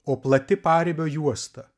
o plati paribio juosta